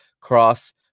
cross